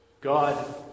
God